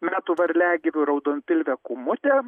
metų varliagyviu raudonpilvė kūmutė